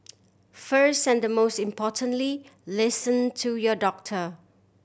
first and most importantly listen to your doctor